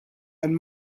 and